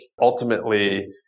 ultimately